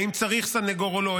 אם צריך סנגור או לא.